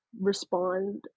respond